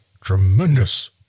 tremendous